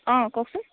অঁ কওকচোন